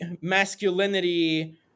masculinity